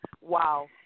wow